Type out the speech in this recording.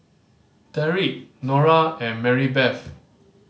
Derick Norah and Marybeth